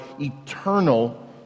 eternal